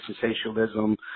sensationalism